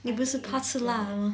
你不是 cannot 吃辣的